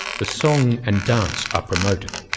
the song and dance are promoted,